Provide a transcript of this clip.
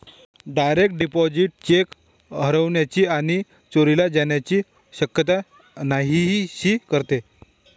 direct deposit cheque हरवण्याची आणि चोरीला जाण्याची शक्यता नाहीशी करते